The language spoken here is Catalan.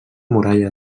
muralla